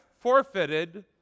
forfeited